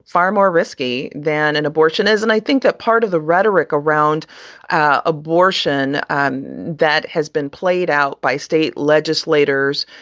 far more risky than an abortion isn't. i think that part of the rhetoric around abortion um that has been played out by state legislators,